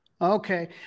Okay